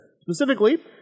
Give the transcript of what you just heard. Specifically